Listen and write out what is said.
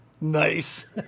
Nice